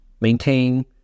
maintain